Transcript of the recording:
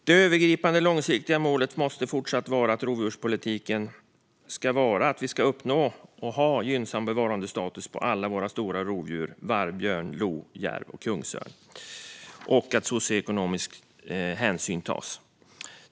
Det övergripande och långsiktiga målet för rovdjurspolitiken måste fortsätta vara att vi ska uppnå och ha gynnsam bevarandestatus för alla våra stora rovdjur - varg, björn, lo, järv och kungsörn - och att socioekonomisk hänsyn ska tas.